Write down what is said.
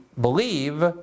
believe